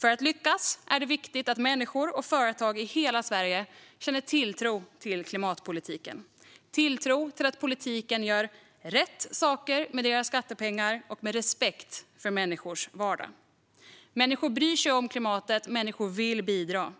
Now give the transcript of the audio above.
För att lyckas är det viktigt att människor och företag i hela Sverige känner tilltro till klimatpolitiken och till att politikerna gör rätt saker med deras skattepengar och att det görs med respekt för människors vardag. Människor bryr sig om klimatet och vill bidra.